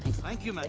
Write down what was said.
thank you.